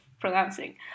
pronouncing